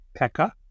Pekka